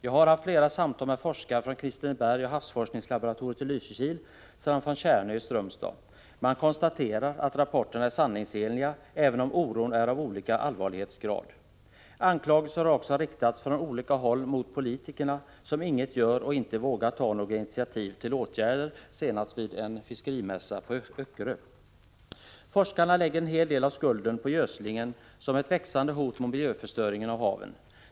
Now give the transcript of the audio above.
Jag har haft flera samtal med forskare från Kristineberg, havsfiskelaboratoriet i Lysekil, samt Tjärnö i Strömstad. De konstaterar att rapporterna är sanningsenliga, även om oron är av olika allvarlighetsgrad. Anklagelser från olika håll har också riktats mot politikerna, som inget gör och inte vågar ta några initiativ till åtgärder. Senast skedde det vid en fiskemässa på Öckerö. Forskarna lägger en hel del av skulden på gödslingen, som de ser som ett växande hot när det gäller miljöförstöring av haven.